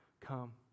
come